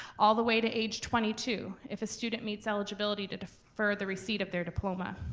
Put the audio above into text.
all the way to age twenty two if a student meets eligibility to defer the receipt of their diploma.